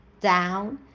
down